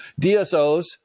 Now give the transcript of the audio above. DSOs